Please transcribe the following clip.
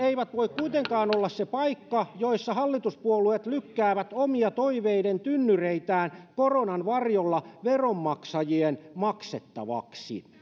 eivät voi kuitenkaan olla se paikka jossa hallituspuolueet lykkäävät omia toiveiden tynnyreitään koronan varjolla veronmaksajien maksettavaksi